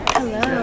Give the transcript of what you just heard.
Hello